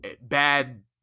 bad